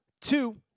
Two